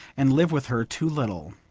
and live with her too little.